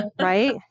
Right